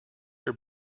your